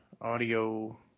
audio